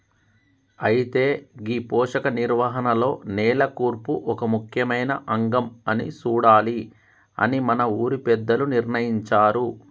అయితే గీ పోషక నిర్వహణలో నేల కూర్పు ఒక ముఖ్యమైన అంగం అని సూడాలి అని మన ఊరి పెద్దలు నిర్ణయించారు